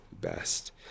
best